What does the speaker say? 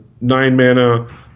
nine-mana